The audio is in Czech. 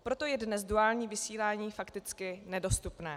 Proto je dnes duální vysílání fakticky nedostupné.